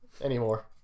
anymore